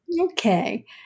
Okay